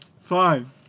Fine